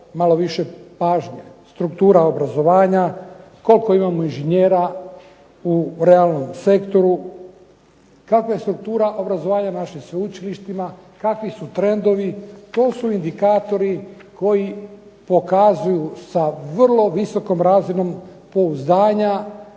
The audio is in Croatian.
malo više pažnje. Struktura obrazovanja, koliko imamo inženjera u realnom sektoru, kakva je struktura obrazovanja u našim sveučilištima, kakvi su trendovi, kakvi su indikatori koji pokazuju sa vrlo visokom razinom pouzdanja